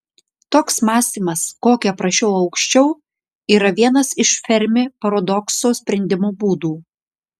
toks mąstymas kokį aprašiau aukščiau yra vienas iš fermi paradokso sprendimo būdų